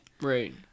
Right